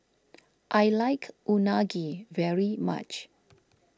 I like Unagi very much